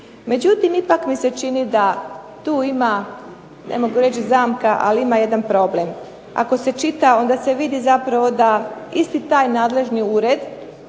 Međutim, ipak mi se čini da tu ima ne mogu reći zamka, ali ima jedan problem, ako se čita onda se vidi da zapravo isti taj državni ured